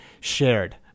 shared